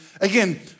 Again